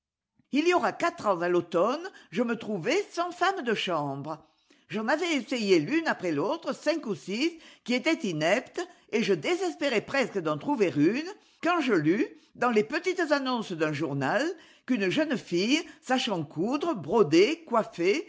il y aura quatre ans à l'automne je me trouvais sans femme de chambre j'en avais essayé l'une après l'autre cinq ou six qui étaient ineptes et je désespérais presque d'en trouver une quand je lus dans les petites annonces d'un journal qu'une jeune fihe sachant coudre broder coiffer